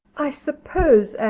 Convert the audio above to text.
i suppose,